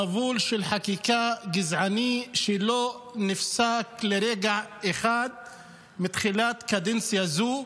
מבול של חקיקה גזענית שלא נפסק לרגע אחד מתחילת קדנציה זו.